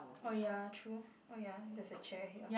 oh ya true oh ya there's a chair here